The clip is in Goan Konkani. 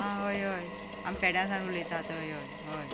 आं हय हय आमीं पेड्यां सावन उलयतात हय हय हय